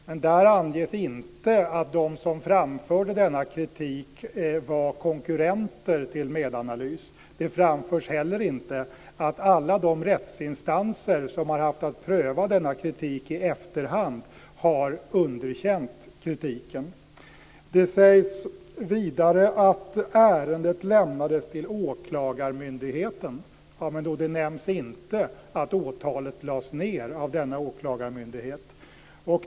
Men det anges inte att de som framförde denna kritik var konkurrenter till Medanalys. Det framförs heller inte att alla de rättsinstanser som har haft att pröva denna kritik i efterhand har underkänt den. Det sägs vidare att ärendet lämnades till åklagarmyndigheten, men det nämns inte att åtalet lades ned av denna åklagarmyndighet.